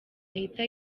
ahita